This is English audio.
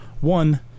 one